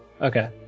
Okay